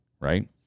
Right